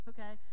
Okay